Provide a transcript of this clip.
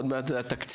עוד מעט התקציב,